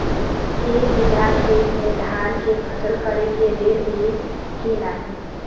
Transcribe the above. एक बिघा खेत मे धान के फसल करे के ऋण मिली की नाही?